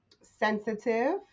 sensitive